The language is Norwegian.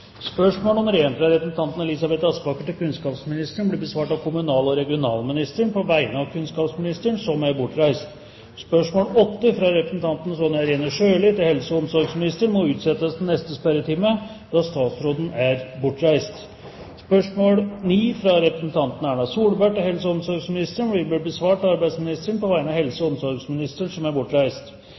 fra representanten Elisabeth Aspaker til kunnskapsministeren, besvares av kommunal- og regionalministeren på vegne av kunnskapsministeren, som er bortreist. Spørsmål 8, fra representanten Sonja Irene Sjøli til helse- og omsorgsministeren, utsettes til neste spørretime, da statsråden er bortreist. Spørsmål 9, fra representanten Erna Solberg til helse- og omsorgsministeren, besvares av arbeidsministeren på vegne av helse- og omsorgsministeren, som er